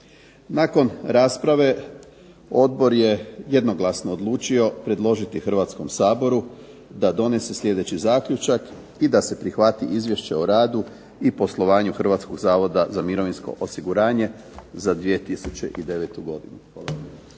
Nakon rasprave odbor je jednoglasno odlučio predložiti Hrvatskom saboru da donese sljedeći zaključak i da se prihvati Izvješće o radu i poslovanju Hrvatskog zavoda za mirovinsko osiguranje za 2009. godinu.